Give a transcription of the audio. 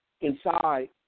inside